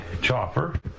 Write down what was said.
chopper